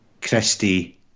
Christie